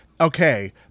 Okay